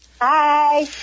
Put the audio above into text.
Hi